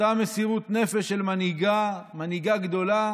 אותה מסירות נפש של מנהיגה גדולה